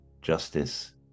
Justice